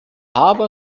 harbour